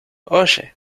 oye